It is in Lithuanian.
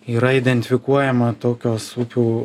yra identifikuojama tokios upių